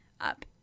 up